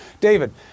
David